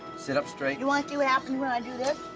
sit up straight. you wanna see what happens when i do this?